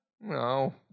No